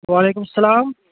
وعلیکُم سَلام